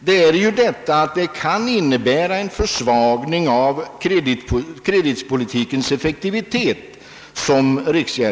Det kan, som riksbanksfullmäktige säger, betyda en försvagning av kreditpolitikens effektivitet.